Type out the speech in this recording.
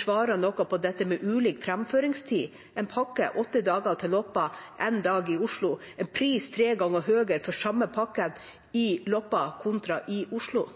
svarer på dette med ulik framføringstid. En pakke tar åtte dager til Loppa, én dag til Oslo, og prisen er tre ganger høyere for samme pakke i Loppa kontra i Oslo.